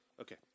Okay